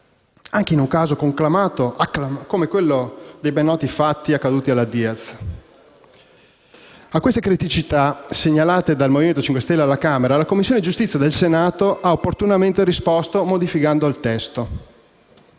anche in un caso conclamato come quello dei ben noti fatti accaduti alla Diaz. A queste criticità - segnalate dal Movimento 5 Stelle alla Camera - la Commissione giustizia del Senato ha opportunamente risposto modificando il testo